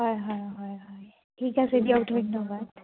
হয় হয় হয় হয় ঠিক আছে দিয়ক ধন্যবাদ